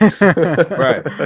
Right